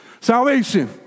Salvation